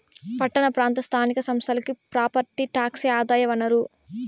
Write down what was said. పట్టణ ప్రాంత స్థానిక సంస్థలకి ప్రాపర్టీ టాక్సే ఆదాయ వనరు